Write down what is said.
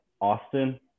Austin